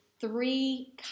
three